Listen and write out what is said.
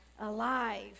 alive